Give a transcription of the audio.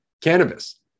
cannabis